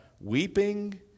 Weeping